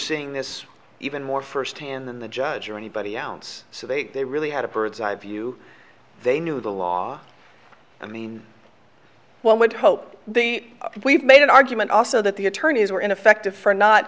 seeing this even more firsthand than the judge or anybody else so they they really had a bird's eye view they knew the law i mean one would hope we've made an argument also that the attorneys were ineffective for not